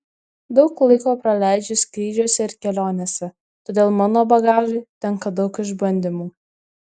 daug laiko praleidžiu skrydžiuose ir kelionėse todėl mano bagažui tenka daug išbandymų